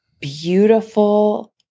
Beautiful